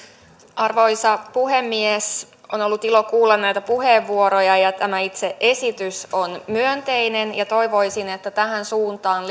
arvoisa puhemies on ollut ilo kuulla näitä puheenvuoroja ja tämä itse esitys on myönteinen ja toivoisin että tähän suuntaan